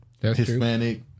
Hispanic